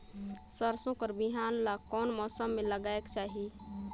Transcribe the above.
सरसो कर बिहान ला कोन मौसम मे लगायेक चाही?